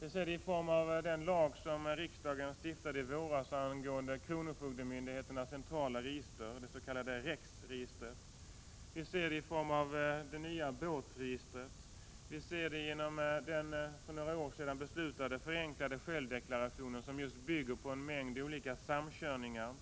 Vi ser den i form av den lag som riksdagen stiftade i våras angående kronofogdemyndigheternas centrala register, det s.k. REX-registret. Vi ser den i form av det nya båtregistret, och vi ser den genom den för några år sedan beslutade förenklade självdeklarationen, som just bygger på en mängd olika samkörningar.